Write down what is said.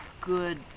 good